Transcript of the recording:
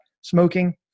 smoking